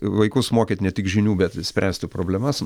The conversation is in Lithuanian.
vaikus mokyt ne tik žinių bet ir spręsti problemas